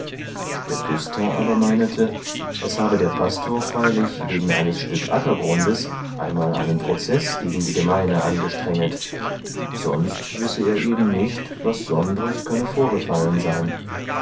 der küster aber meinete es habe der pastor freilich wegen eines stück ackergrundes einmal einen proceß gegen die gemeine angestrenget sonst wisse er eben nicht was sondres könne vorgefallen sein